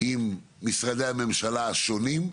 עם משרדי הממשלה השונים,